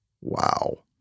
wow